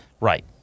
Right